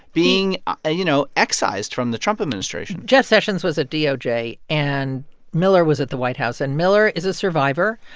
being, ah you know, excised from the trump administration? jeff sessions was at doj, and miller was at the white house. and miller is a survivor.